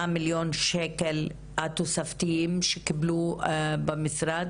מיליון שקל התוספתיים שקיבלו במשרד,